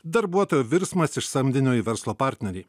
darbuotojo virsmas iš samdinio į verslo partnerį